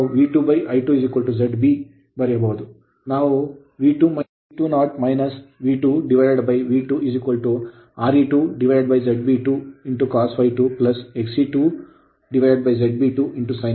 ಆದ್ದರಿಂದ ನಾವು ಬರೆಯಬಹುದು V2 Re2ZB2 cos ∅2 Xe2ZB2 sin ∅2